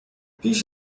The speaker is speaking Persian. پیش